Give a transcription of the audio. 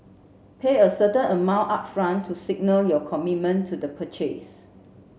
pay a certain amount upfront to signal your commitment to the purchase